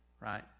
right